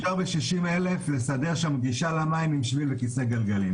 אפשר ב-60 אלף לסדר שם גישה למים עם שביל וכיסא גלגלים.